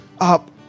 up